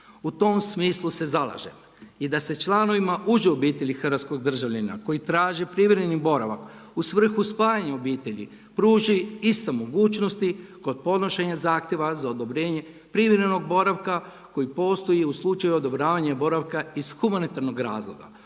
U tom smislu se zalažemo i da se članovima uže obitelji hrvatskog državljanina koji traži privremeni boravak u svrhu spajanja obitelji, pruži iste mogućnosti kod podnošenja zahtjeva za odobrenje privremenog boravka koji postoji u slučaju odobravanja boravka iz humanitarnog razloga